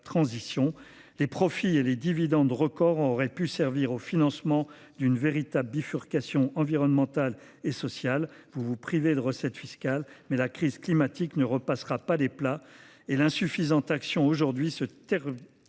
Les profits et les dividendes records auraient pu servir au financement d’une véritable bifurcation environnementale et sociale. Par votre politique budgétaire, vous nous privez de recettes fiscales, mais la crise climatique ne repassera pas les plats et l’insuffisance de l’action aujourd’hui se traduira